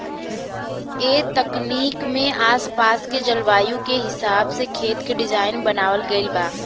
ए तकनीक में आस पास के जलवायु के हिसाब से खेत के डिज़ाइन बनावल गइल बा